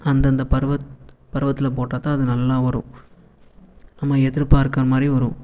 அந்தந்த பருவத் பருவத்தில் போட்டால் தான் நல்லா வரும் நம்ம எதிர்பார்கற மாதிரி வரும்